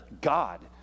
God